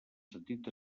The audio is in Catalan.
sentit